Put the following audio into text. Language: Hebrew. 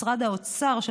משרד האוצר,